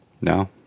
No